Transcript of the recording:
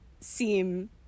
seem